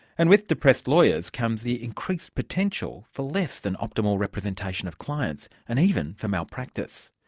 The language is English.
and with depressed lawyers comes the increased potential for less than optimal representation of clients, and even for malpractice.